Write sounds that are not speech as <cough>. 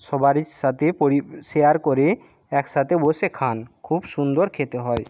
সবারই সাথে <unintelligible> শেয়ার করে একসাথে বসে খান খুব সুন্দর খেতে হয়